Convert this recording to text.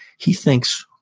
he thinks,